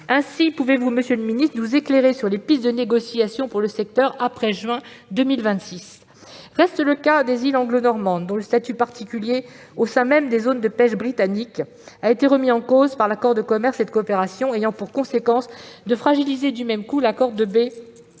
d'État, pouvez-vous nous éclairer sur les pistes de négociations pour le secteur après le mois de juin 2026 ? Reste le cas des îles anglo-normandes, dont le statut particulier au sein même des zones de pêche britanniques a été remis en cause par l'accord de commerce et de coopération, ayant pour conséquence de fragiliser l'accord de la